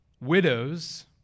Widows